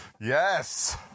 Yes